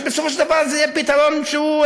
ובסופו של דבר זה יהיה פתרון שהוא,